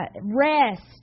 rest